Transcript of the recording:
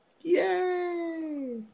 Yay